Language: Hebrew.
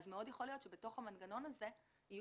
מאוד יכול להיות שבתוך המנגנון הזה יהיו